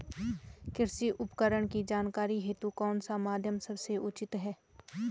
कृषि उपकरण की जानकारी हेतु कौन सा माध्यम सबसे उचित है?